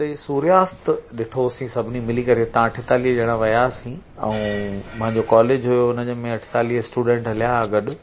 उते सूर्यास्त ॾिठो होसी सभिनी मिली करे हितां अठेतालीह ॼणा वियासीं ऐं मुंहिंजो कॉलेज हुओ जंहिंमें अठेतालीह स्टूडेंट हलिया हुआ गॾु